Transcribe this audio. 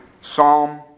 Psalm